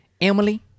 Emily